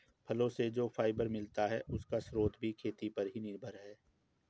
फलो से जो फाइबर मिलता है, उसका स्रोत भी खेती पर ही निर्भर है